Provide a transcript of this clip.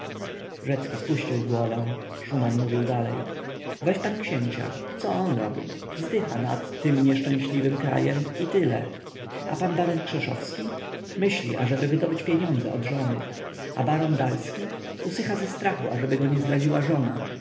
doktor rzecki spuścił głowę szuman mówił dalej weź pan księcia co on robi wzdycha nad tym nieszczęśliwym krajem i tyle a pan baron krzeszowski myśli ażeby wydobyć pieniądze od żony a baron dalski usycha ze strachu ażeby go nie zdradziła żona